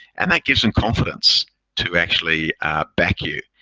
and that give some confidence to actually back you.